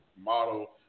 model